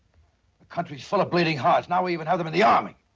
country's full of bleeding hearts. now we even have them in the army!